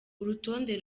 urutonde